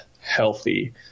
healthy